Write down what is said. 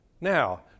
Now